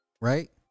Right